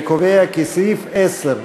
אני קובע כי סעיף 10,